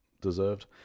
deserved